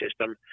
system